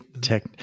tech